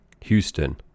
houston